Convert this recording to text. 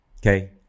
Okay